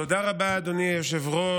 תודה רבה, אדוני היושב-ראש.